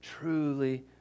truly